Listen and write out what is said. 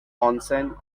onsen